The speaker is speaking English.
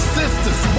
sisters